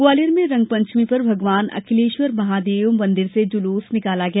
ग्वालियर में रंगपंचमी पर भगवान अखिलेश्वर महादेव मंदिर से जुलूस निकाला गया